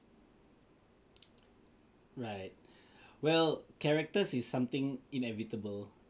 right well characters is something inevitable